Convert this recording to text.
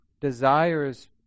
desires